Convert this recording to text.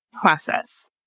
process